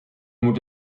moet